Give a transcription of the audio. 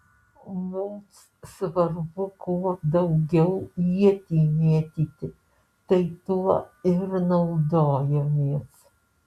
mums svarbu kuo daugiau ietį mėtyti tai tuo ir naudojamės